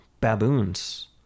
baboons